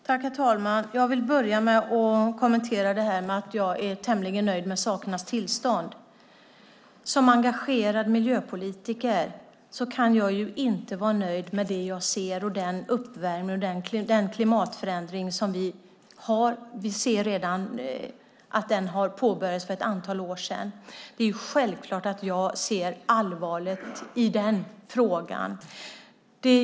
Herr talman! Jag vill först kommentera det som Matilda Ernkrans sade om att jag är tämligen nöjd med sakernas tillstånd. Som engagerad miljöpolitiker kan jag inte vara nöjd med det jag ser. Klimatuppvärmningen och klimatförändringen började för ett antal år sedan. Det är självklart att jag ser allvarligt på den frågan.